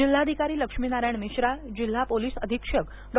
जिल्हाधिकारी लक्ष्मीनारायण मिश्रा जिल्हा पोलीस अधीक्षक डॉ